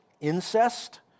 incest